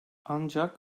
ancak